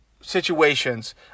situations